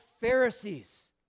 Pharisees